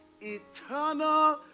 Eternal